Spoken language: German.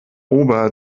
ober